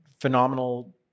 phenomenal